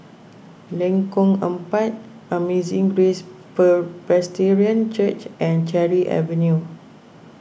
Lengkong Empat Amazing Grace Per Presbyterian Church and Cherry Avenue